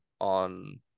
on